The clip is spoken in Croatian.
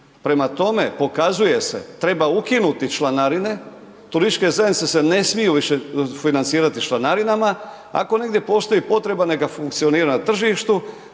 Prema tome, pokazuje se, treba ukinuti članarine, turističke zajednice se ne smiju više financirati članarinama. Ako negdje postoji potreba, neka funkcioniraju na tržištu,